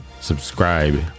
subscribe